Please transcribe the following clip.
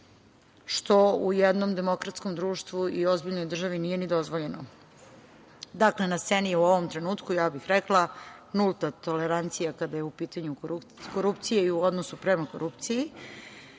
što u jednom demokratskom društvu i ozbiljnoj državi nije ni dozvoljeno. Dakle, na sceni je u ovom trenutku, ja bih rekla, nulta tolerancija kada je u pitanju korupcija i u odnosu prema korupciji.